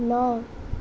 ন